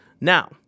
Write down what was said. Now